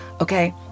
okay